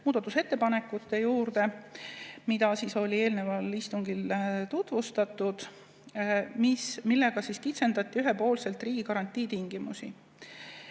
muudatusettepaneku juurde, mida oli eelneval istungil tutvustatud. Nendega kitsendati ühepoolselt riigigarantii tingimusi